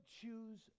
choose